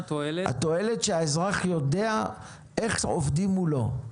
התועלת היא שהאזרח יודע איך עובדים מולו.